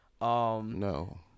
No